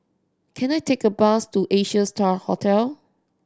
can I take a bus to Asia Star Hotel